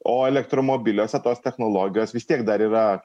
o elektromobiliuose tos technologijos vis tiek dar yra